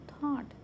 thought